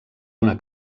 una